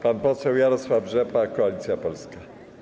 Pan poseł Jarosław Rzepa, Koalicja Polska.